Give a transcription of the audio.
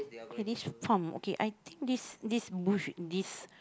okay this farm okay I think this this bush this